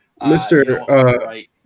Mr